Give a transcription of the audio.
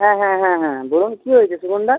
হ্যাঁ হ্যাঁ হ্যাঁ হ্যাঁ বলুন কী হয়েছে শোভনদার